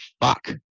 fuck